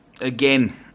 again